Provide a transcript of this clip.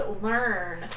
learn